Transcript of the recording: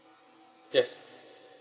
yes